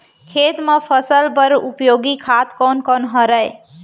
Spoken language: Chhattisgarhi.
खेत म फसल बर उपयोगी खाद कोन कोन हरय?